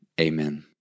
Amen